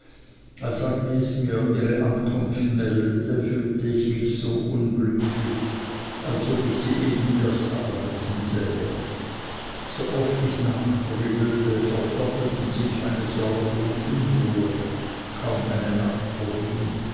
als agnes mir ihre ankunft meldete fühlte ich mich so unglücklich als ob ich sie eben erst abreisen sähe so oft ich nachgrübelte verdoppelten sich meine sorge und unruhe kaum eine nacht verging